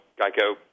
Geico